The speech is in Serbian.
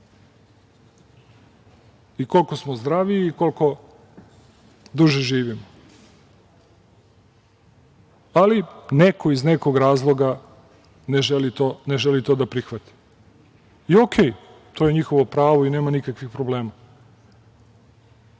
i koliko smo zdraviji i koliko duže živimo. Ali, neko iz nekog razloga ne želi to da prihvati. Okej, to je njihovo pravo i nema nikakvih problema,